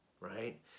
Right